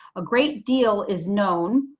a great deal is known.